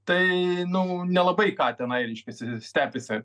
tai nu nelabai ką tenai reiškiasi stepėse